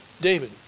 David